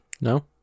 No